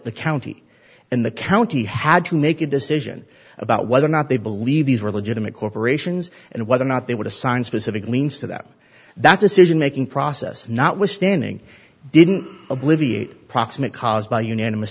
the county and the county had to make a decision about whether or not they believe these were legitimate corporations and whether or not they would assign specific liens to them that decision making process notwithstanding didn't oblivious proximate cause by unanimous